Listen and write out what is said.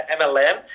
MLM